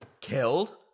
killed